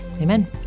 Amen